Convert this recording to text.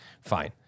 fine